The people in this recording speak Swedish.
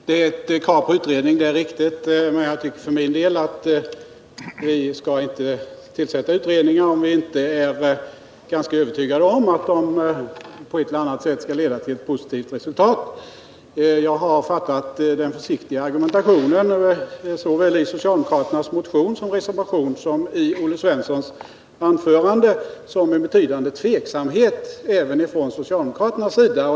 Herr talman! Det är ett krav på en utredning, det är riktigt, men jag tycker för min del att vi inte skall tillsätta utredningar om vi inte är ganska övertygade om att de på ett eller annat sätt leder till ett positivt resultat. Jag Nr 33 har fattat den försiktiga argumentationen, såväl i socialdemokraternas motion och reservation som i Olle Svenssons anförande, som en betydande tveksamhet även från socialdemokraternas sida.